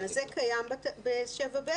כן, זה קיים ב-7(ב).